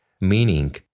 Meaning